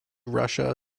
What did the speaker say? russia